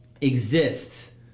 exist